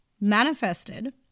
manifested